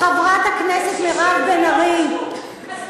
חברת הכנסת מירב בן ארי, אז למה,